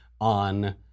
on